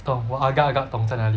懂我 agar agar 懂在哪里